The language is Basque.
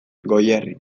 goierri